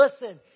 listen